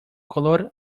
color